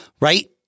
right